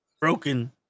broken